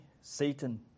Satan